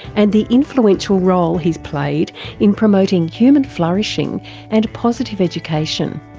and the influential role he's played in promoting human flourishing and a positive education.